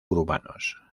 urbanos